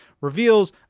reveals